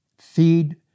feed